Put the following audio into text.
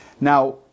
Now